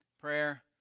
Prayer